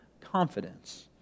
confidence